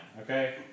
okay